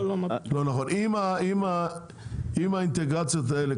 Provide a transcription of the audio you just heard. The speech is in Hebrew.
אם האינטגרציות האלה,